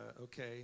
okay